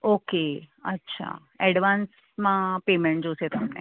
okay અચ્છા એડવાન્સમાં payment જોઈશે તમને